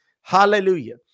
Hallelujah